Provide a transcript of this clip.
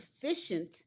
efficient